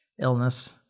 illness